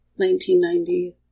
1990